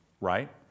right